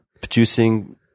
producing